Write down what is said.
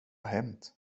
hänt